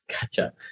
gotcha